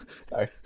sorry